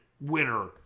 winner